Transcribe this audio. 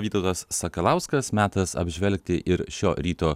vytautas sakalauskas metas apžvelgti ir šio ryto